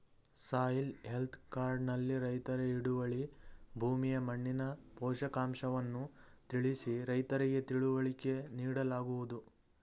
soil health card ನಲ್ಲಿ ರೈತರ ಹಿಡುವಳಿ ಭೂಮಿಯ ಮಣ್ಣಿನ ಪೋಷಕಾಂಶವನ್ನು ತಿಳಿಸಿ ರೈತರಿಗೆ ತಿಳುವಳಿಕೆ ನೀಡಲಾಗುವುದು